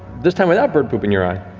this time without bird poop in your eye.